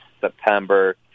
September